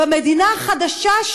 במדינה החדשה,